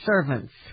servants